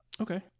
Okay